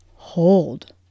Hold